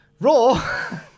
Raw